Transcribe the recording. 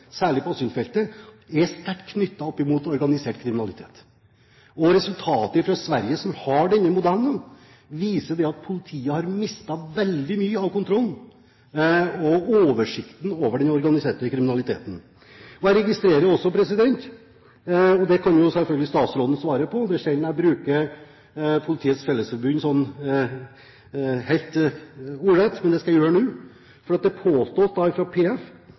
særlig på asylfeltet, er sterkt knyttet opp mot organisert kriminalitet. Resultatene fra Sverige, som har denne modellen, viser at politiet har mistet veldig mye av kontrollen og oversikten over den organiserte kriminaliteten. Jeg registrerer også en påstand fra Politiets Fellesforbund – og det kan jo selvfølgelig statsråden svare på. Det er sjelden jeg siterer Politiets Fellesforbund helt ordrett, men det skal jeg gjøre nå: «PF ønsker å presisere at